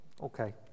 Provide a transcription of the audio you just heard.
Okay